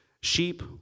Sheep